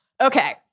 Okay